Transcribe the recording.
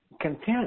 content